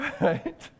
Right